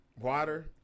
water